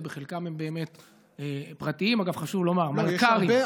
חלקם פרטיים ורובם מלכ"רים.